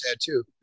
tattoo